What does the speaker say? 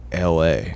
la